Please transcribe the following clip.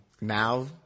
Now